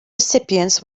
recipients